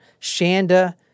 Shanda